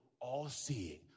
all-seeing